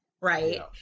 Right